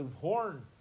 horn